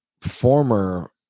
former